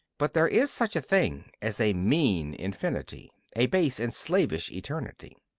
but there is such a thing as a mean infinity, a base and slavish eternity.